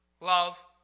love